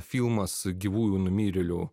filmas gyvųjų numirėlių